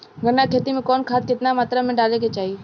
गन्ना के खेती में कवन खाद केतना मात्रा में डाले के चाही?